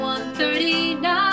139